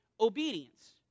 obedience